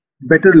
better